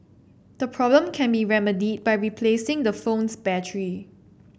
the problem can be remedied by replacing the phone's battery